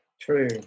True